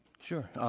sure.